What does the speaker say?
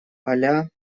поля